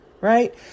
right